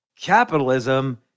Capitalism